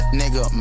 nigga